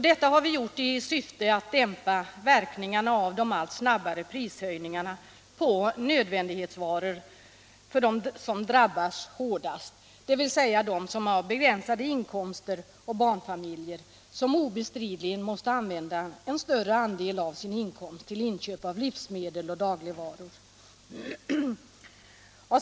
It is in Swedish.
Detta har vi gjort i syfte att dämpa verkningarna av de allt snabbare prishöjningarna på nödvändighetsvaror för dem som drabbas hårdast, dvs. de som har begränsade inkomster och barnfamiljer, som obestridligen måste använda större andel av sin inkomst till inköp av livsmedel och andra dagligvaror.